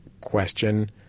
question